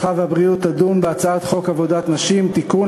הרווחה והבריאות תדון בהצעת חוק עבודת נשים (תיקון,